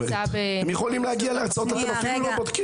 הם יכולים להגיע להרצאות, אתם אפילו לא בודקים.